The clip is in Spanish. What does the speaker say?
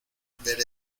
ver